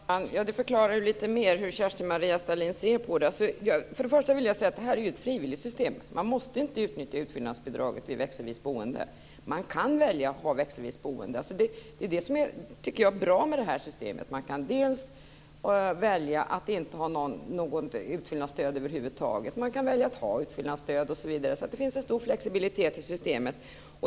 Fru talman! Det förklarar lite mer hur Kerstin Maria Stalin ser på det hela. Till att börja med vill jag säga att detta ju är ett frivilligt system. Man måste inte utnyttja utfyllnadsbidraget vid växelvis boende. Det är en sak som man kan välja själv. Det är det som är bra, tycker jag, med det här systemet. Man kan välja att inte ha något utfyllnadsstöd över huvud taget eller så kan man välja att ha det. Det finns en stor flexibilitet i systemet.